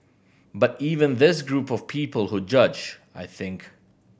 but even this group of people who judge I think